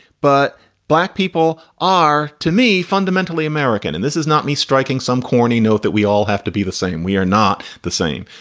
but black people are to me, fundamentally american. and this is not me striking some corny note that we all have to be the same. we are not the same.